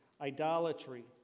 idolatry